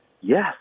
yes